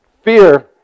Fear